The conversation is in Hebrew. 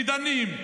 ודנים,